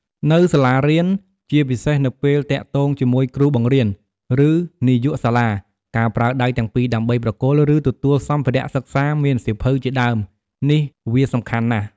នៅសាលារៀន ជាពិសេសនៅពេលទាក់ទងជាមួយគ្រូបង្រៀន ឬនាយកសាលា ការប្រើដៃទាំងពីរដើម្បីប្រគល់ ឬទទួលសម្ភារៈសិក្សាមានសៀវភៅជាដើមនេះវាសំខាន់ណាស់។